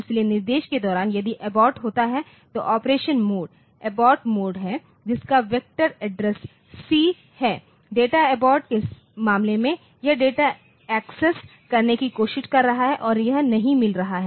इसलिए निर्देश के दौरान यदि एबॉर्ट होता है तो ऑपरेशन मोड एबॉर्ट मोड है जिसका वेक्टर एड्रेस C है और डेटा एबॉर्ट के मामले में यह डेटा एक्सेस करने की कोशिश कर रहा है और यह नहीं मिल रहा है